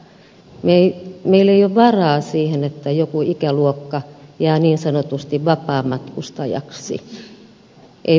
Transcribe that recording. meillä ei ole varaa siihen että joku ikäluokka jää niin sanotusti vapaamatkustajaksi ei työllisty